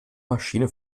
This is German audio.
maschine